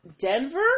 Denver